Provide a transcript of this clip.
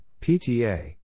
PTA